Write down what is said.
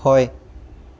হয়